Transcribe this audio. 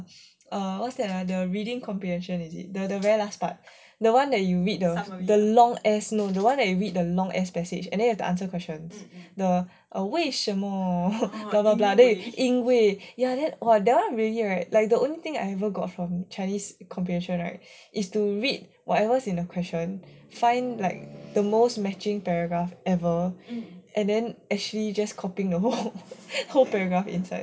what's that ah their reading comprehension is it the very last part the one where you read the long ass the one where you read the long ass passage and then you have to answer questions the err 为什么 the blah blah blah 因为 ya then !wah! that [one] really right the only thing I ever got from chinese comprehension right is to read whatever is in the question find like the most matching paragraph ever and then actually just copying the whole paragraph